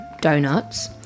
donuts